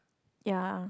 ya